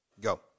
Go